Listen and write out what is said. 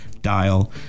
dial